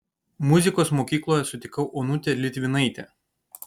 muzikos mokykloje sutikau onutę litvinaitę